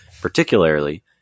particularly